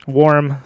warm